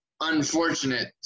unfortunate